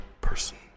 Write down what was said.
person